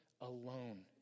alone